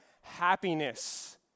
happiness